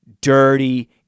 dirty